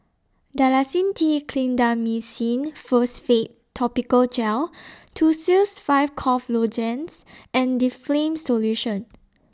Dalacin T Clindamycin Phosphate Topical Gel Tussils five Cough Lozenges and Difflam Solution